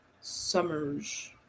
Summers